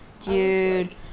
Dude